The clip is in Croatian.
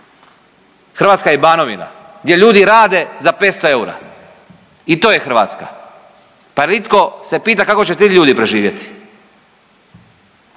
Hrvatska je Banovina gdje ljudi rade za 500 eura i to je Hrvatska. Pa jel itko se pita kako će ti ljudi preživjeti?